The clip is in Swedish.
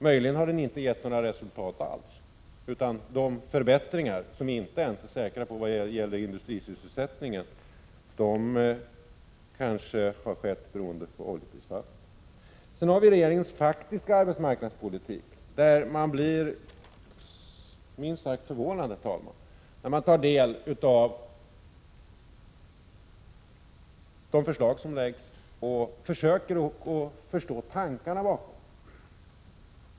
Möjligen har den inte gett några resultat alls, utan förbättringarna som inte ens är säkra, när det gäller industrisysselsättningen kanske har skett på grund av oljeprisfallet. I fråga om regeringens faktiska arbetsmarknadspolitik blir man minst sagt förvånad när man tar del av de förslag som läggs fram och försöker förstå tankarna bakom dem.